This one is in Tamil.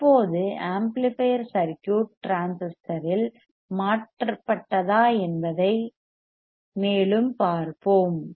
இப்போது ஆம்ப்ளிபையர் சர்க்யூட் டிரான்சிஸ்டரில் மாற்றப்பட்டதா என்பதை மேலும் பார்ப்போம்